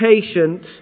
patient